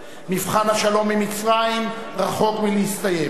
מבחן השלום עם מצרים רחוק מלהסתיים.